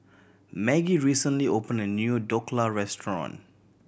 Maggie recently opened a new Dhokla Restaurant